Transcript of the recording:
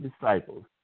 disciples